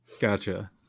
Gotcha